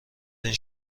این